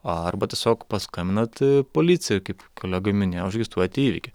arba tiesiog paskambinat policijoj kaip kolega minėjo užregistruojate įvykį